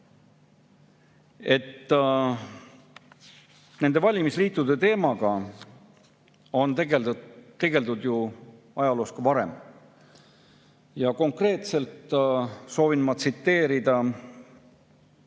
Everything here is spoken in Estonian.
Nende valimisliitude teemaga on tegeldud ju ajaloos ka varem. Konkreetselt soovin ma tsiteerida